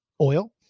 oil